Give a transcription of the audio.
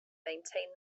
maintain